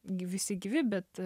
visi gyvi bet